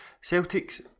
Celtic's